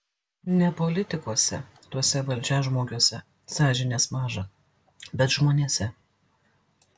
ne politikuose tuose valdžiažmogiuose sąžinės maža bet žmonėse